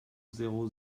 zéro